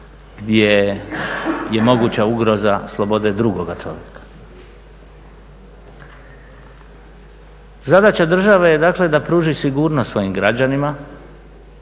gdje je moguća ugroza slobode drugoga čovjeka. Zadaća države je dakle da pruži sigurnost svojim građanima